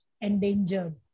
endangered